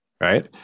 Right